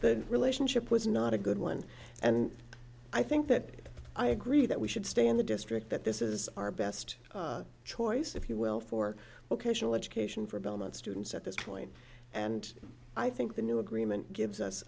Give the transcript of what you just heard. the relationship was not a good one and i think that i agree that we should stay in the district that this is our best choice if you will for locational education for belmont students at this point and i think the new agreement gives us